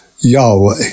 Yahweh